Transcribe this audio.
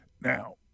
Now